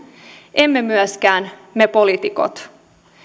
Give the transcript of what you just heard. emme myöskään me poliitikot